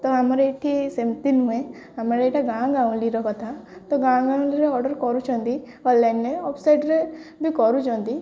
ତ ଆମର ଏଇଠି ସେମିତି ନୁହେଁ ଆମର ଏଇଟା ଗାଁ ଗାଉଁଲିର କଥା ତ ଗାଁ ଗାଉଁଲିରେ ଅର୍ଡର୍ କରୁଛନ୍ତି ଅନଲାଇନ୍ରେ ୱେବସାଇଟରେ ବି କରୁଛନ୍ତି